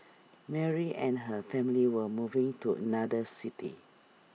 Mary and her family were moving to another city